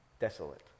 desolate